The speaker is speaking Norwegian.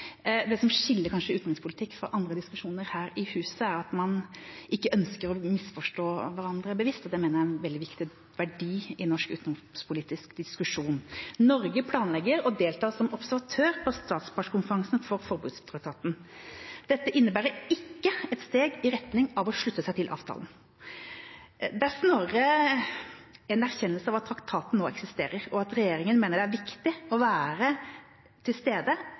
Det som kanskje skiller utenrikspolitikk fra andre diskusjoner her i huset, er at man ikke ønsker å misforstå hverandre bevisst – og det mener jeg er en veldig viktig verdi i norsk utenrikspolitisk diskusjon. Norge planlegger å delta som observatør på statspartskonferansen for forbudstraktaten. Dette innebærer ikke et steg i retning av å slutte seg til avtalen. Det er snarere en erkjennelse av at traktaten nå eksisterer, og at regjeringa mener det er viktig å være til stede